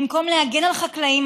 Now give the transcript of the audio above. במקום להגן על החקלאים,